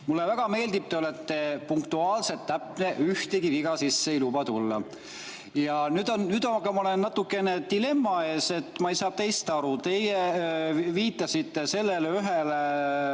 Mulle väga meeldib, et te olete punktuaalselt täpne, ühtegi viga sisse ei luba. Aga nüüd ma olen natukene dilemma ees, sest ma ei saa teist aru. Teie viitasite sellele ühele